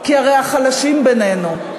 כי הרי החלשים בינינו,